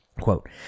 Quote